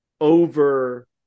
over